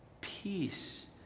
Peace